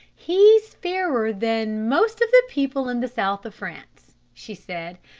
he's fairer than most of the people in the south of france, she said,